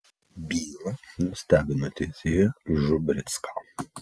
byla nustebino teisėją žubricką